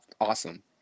awesome